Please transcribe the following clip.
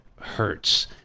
hurts